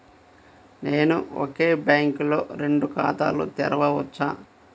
నేను ఒకే బ్యాంకులో రెండు ఖాతాలు తెరవవచ్చా?